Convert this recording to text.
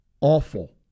awful